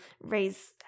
raise